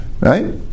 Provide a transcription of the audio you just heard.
Right